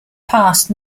passed